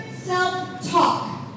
self-talk